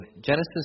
Genesis